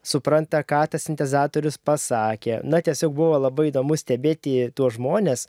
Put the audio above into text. supranta ką tas sintezatorius pasakė na tiesiog buvo labai įdomu stebėti tuos žmones